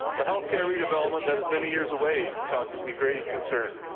the health care redevelopment that is many years away causes me grave concern.